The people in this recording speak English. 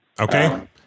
Okay